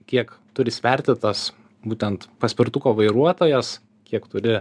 kiek turi sverti tas būtent paspirtuko vairuotojas kiek turi